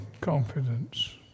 confidence